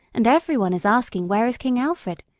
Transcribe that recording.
and everyone is asking where is king alfred?